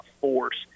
force